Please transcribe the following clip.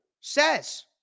says